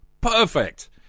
Perfect